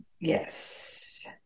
yes